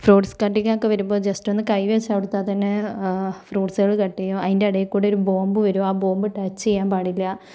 fruits കട്ടിങ്ങൊക്കെ വരുമ്പോൾ just ഒന്ന് കൈവെച്ചു കൊടുത്താൽ തന്നെ ഫ്രൂട്സ്കള് കട്ടെയ്യും അതിൻ്റെ ഇടയിൽ കൂടെയൊരു ബോംബ് വരും ആ ബോംബ് ടച്ച് ചെയ്യാൻ പാടില്ല